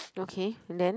okay and then